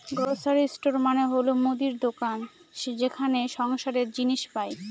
grocery store মানে হল মুদির দোকান যেখানে সংসারের জিনিস পাই